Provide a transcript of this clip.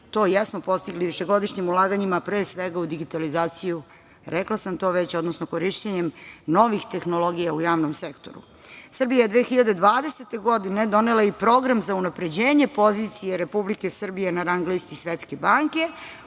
to jesmo postigli višegodišnjim ulaganjima pre svega u digitalizaciju, rekla sam to već, odnosno korišćenjem novih tehnologija u javnom sektoru. Srbija je 2020. godine donela i Program za unapređenje pozicije Republike Srbije na rang listi Svetske banke